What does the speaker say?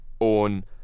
own